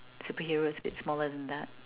superheroes a bit smaller than that